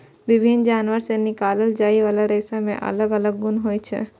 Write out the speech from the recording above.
विभिन्न जानवर सं निकालल जाइ बला रेशा मे अलग अलग गुण होइ छै